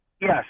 Yes